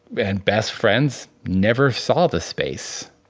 and best friends never saw the space.